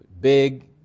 big